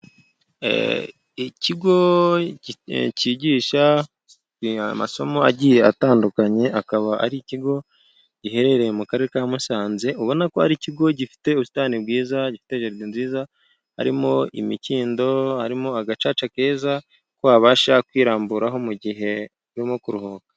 Ikigo kigisha amasomo agiye atandukanye, akaba ari ikigo giherereye mu karere ka Musanze, ubona ko ari ikigo gifite ubusitani bwiza, gifite jaride nziza harimo imikindo, harimo agacaca keza ko wababasha kwiramburaho mu gihe urimo kuruhuka.